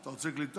אתה רוצה קליטה?